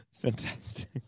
fantastic